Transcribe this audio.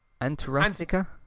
Antarctica